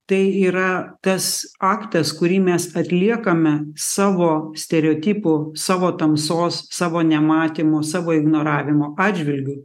tai yra tas aktas kurį mes atliekame savo stereotipų savo tamsos savo nematymo savo ignoravimo atžvilgiu